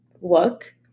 look